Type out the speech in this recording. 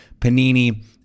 panini